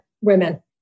women